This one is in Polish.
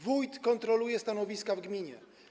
Wójt kontroluje stanowiska w gminie.